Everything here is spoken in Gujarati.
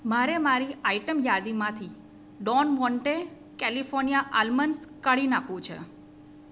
મારે મારી આઇટમ યાદીમાંથી ડોન મોન્ટે કેલિફોર્નિયા આલમન્ડસ કાઢી નાખવું છે